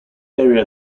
area